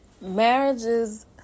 marriages